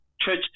church